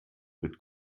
mit